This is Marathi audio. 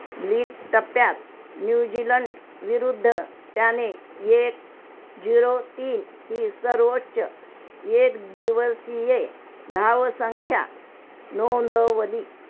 लीग टप्प्यात न्यूजीलंड विरुद्ध त्याने एक झिरो तीन ही सर्वोच्च एक दिवसीय धावसंख्या नोंदवली